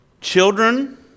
children